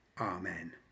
Amen